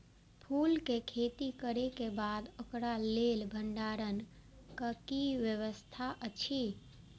फूल के खेती करे के बाद ओकरा लेल भण्डार क कि व्यवस्था अछि?